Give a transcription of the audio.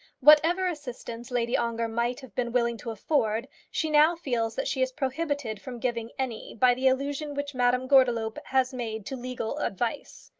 whatever assistance lady ongar might have been willing to afford, she now feels that she is prohibited from giving any by the allusion which madame gordeloup has made to legal advice.